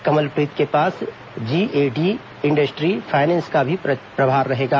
कमलप्रीत के पास GAD industry finance का प्रभार भी रहेगा